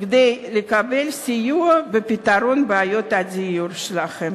כדי לקבל סיוע בפתרון בעיות הדיור שלהם.